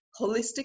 holistic